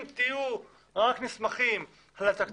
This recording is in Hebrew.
אם תסתמכו רק על התקציב,